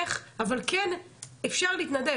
איך אבל כן אפשר להתנדב,